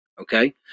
okay